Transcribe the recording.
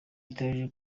iteganyijwe